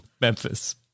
Memphis